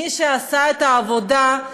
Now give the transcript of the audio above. מי שעשה את העבודה,